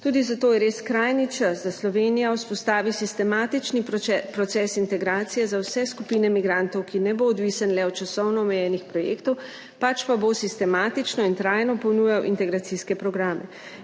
Tudi zato je res skrajni čas, da Slovenija vzpostavi sistematični proces integracije za vse skupine migrantov, ki ne bo odvisen le od časovno omejenih projektov, pač pa bo sistematično in trajno ponujal integracijske programe.